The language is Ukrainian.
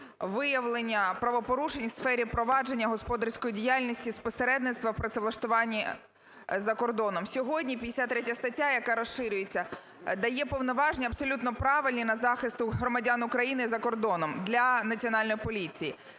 виявлення правопорушень в сфері провадження господарської діяльності з посередництва у працевлаштуванні за кордоном. Сьогодні 53 стаття, яка розширюється, дає повноваження абсолютно правильні на захист громадян України за кордоном для національної поліції.